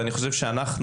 אני חושב שאנחנו,